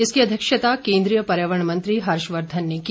इसकी अध्यक्षता केन्द्रीय पर्यावरण मंत्री हर्षवर्धन ने की